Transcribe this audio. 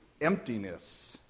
emptiness